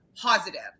positive